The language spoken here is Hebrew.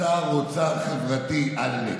שר אוצר חברתי, עלק.